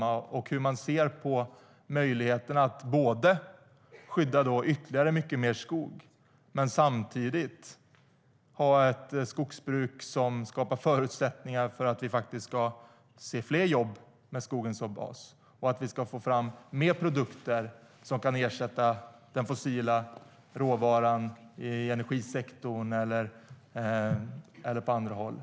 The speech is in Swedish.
Hur ser man på möjligheterna att skydda mer skog samtidigt som skogsbruket skapar förutsättningar för att det ska bli fler jobb med skogen som bas? Hur ska vi få fram fler produkter som kan ersätta den fossila råvaran i energisektorn eller i andra sektorer?